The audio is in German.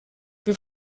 wir